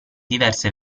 diverse